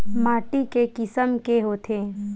माटी के किसम के होथे?